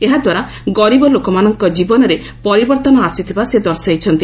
ଏହା ଦ୍ୱାରା ଗରିବ ଲୋକମାନଙ୍କ ଜୀବନରେ ପରିବର୍ତ୍ତନ ଆସିଥିବା ସେ ଦର୍ଶାଇଛନ୍ତି